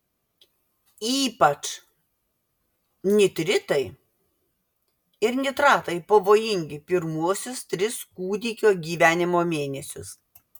ypač nitritai ir nitratai pavojingi pirmuosius tris kūdikio gyvenimo mėnesius